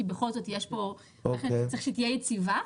כי בכל זאת יש פה מערכת שצריך שהיא תהיה יציבה,